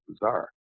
bizarre